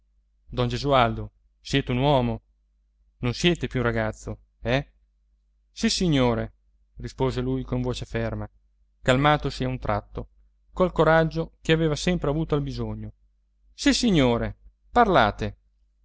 don gesualdo siete un uomo non siete più un ragazzo eh sissignore rispose lui con voce ferma calmatosi a un tratto col coraggio che aveva sempre avuto al bisogno sissignore parlate